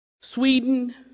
Sweden